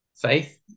faith